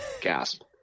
gasp